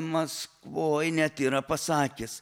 maskvoj net yra pasakęs